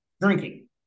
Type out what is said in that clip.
drinking